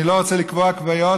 אני לא רוצה לקבוע קביעות,